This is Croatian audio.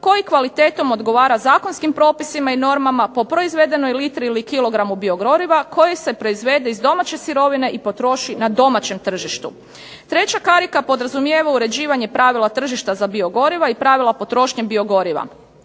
koji kvalitetom odgovara zakonskim propisima i normama po proizvedenoj litri ili kilogramu biogoriva koji se proizvede iz domaće sirovine i potroši na domaćem tržištu. Treća karika podrazumijeva uređivanje pravila tržišta za biogoriva i pravila potrošnje biogoriva.